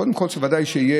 קודם כול, צריך בוודאי שתהיה